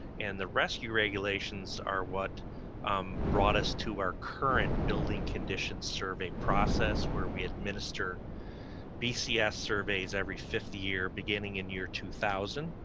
and the rescue regulations are what um brought us to our current building condition survey process where we administer bcs surveys every fifth year beginning in year two thousand.